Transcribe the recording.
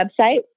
website